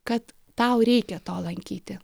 kad tau reikia to lankyti